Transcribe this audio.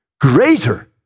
greater